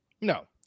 No